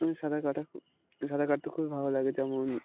আমি সাঁতার কাটা খুব সাঁতার কাটতে খুব ভালো লাগে যেমন